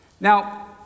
Now